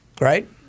right